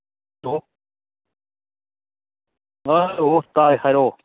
hello hello ꯇꯥꯏ ꯍꯥꯏꯔꯛꯑꯣ